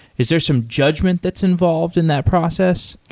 is there some judgment that's involved in that process?